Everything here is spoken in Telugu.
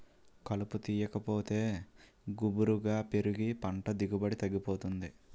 కలుపు తీయాకపోతే గుబురుగా పెరిగి పంట దిగుబడి తగ్గిపోతుంది